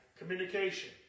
Communication